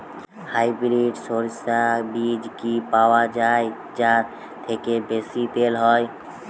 Hybrid শরিষা বীজ কি পাওয়া য়ায় যা থেকে বেশি তেল হয়?